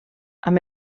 amb